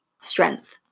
strength